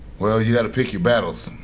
well, you got to pick your battles.